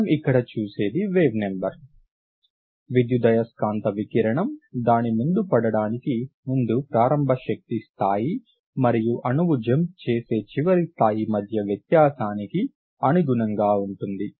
మనం ఇక్కడ చూసేది వేవ్ నంబర్ విద్యుదయస్కాంత వికిరణం దాని ముందు పడటానికి ముందు ప్రారంభ శక్తి స్థాయి మరియు అణువు జంప్ చేసే చివరి స్థాయి మధ్య వ్యత్యాసానికి అనుగుణంగా ఉంటుంది